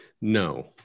no